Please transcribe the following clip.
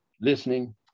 listening